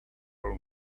own